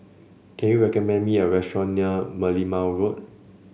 can you recommend me a restaurant near Merlimau Road